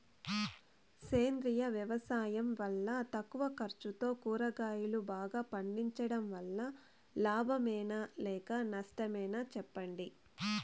సేంద్రియ వ్యవసాయం వల్ల తక్కువ ఖర్చుతో కూరగాయలు బాగా పండించడం వల్ల లాభమేనా లేక నష్టమా సెప్పండి